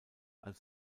als